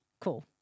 Cool